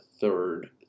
third